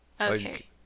okay